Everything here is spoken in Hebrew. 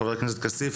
חבר הכנסת כסיף,